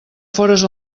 fores